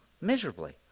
miserably